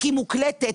היא מוקלטת.